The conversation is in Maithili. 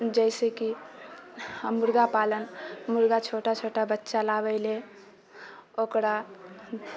जैसे कि मुर्गापालन मुर्गा छोटा छोटा बच्चाके लाबै लअ ओकरा